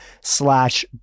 slash